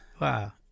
Wow